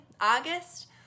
August